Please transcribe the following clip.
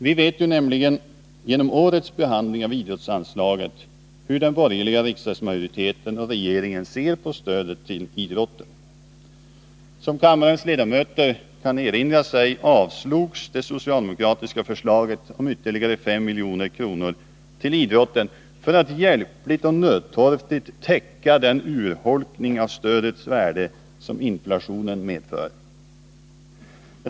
Vi vet nämligen genom årets behandling av idrottsanslaget hur den borgerliga riksdagsmajoriteten och regeringen ser på stödet till idrotten. Som kammarens ledamöter kan erinra sig, avslogs det socialdemokratiska förslaget om ytterligare 5 milj.kr. till idrotten för att hjälpligt och nödtorftigt täcka den urholkning av stödets värde som inflationen medför.